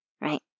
right